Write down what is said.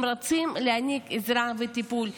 הם רצים להעניק עזרה וטיפול.